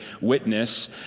witness